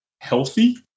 healthy